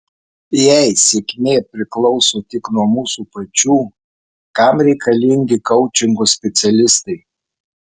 jei sėkmė priklauso tik nuo mūsų pačių kam reikalingi koučingo specialistai